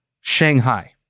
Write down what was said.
Shanghai